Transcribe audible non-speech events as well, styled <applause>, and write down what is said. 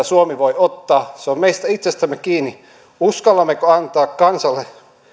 <unintelligible> suomi voi ottaa se on meistä itsestämme kiinni uskallammeko antaa kansalle